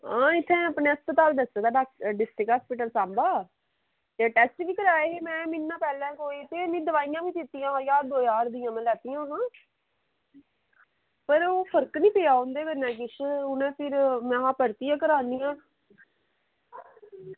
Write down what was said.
आं इत्थें दस्से दा डिस्ट्रिक्ट अस्ताल सांबा ते टेस्ट बी कराए हे म्हीना दौ कोई भी में टेस्ट बी कराए हे ते इंया में ज्हार दो ज्हार दियां लैतियां हियां पर ओह् फर्क निं पेआ उंदे कन्नै भी उनें फिर में हां परतियै करानी आं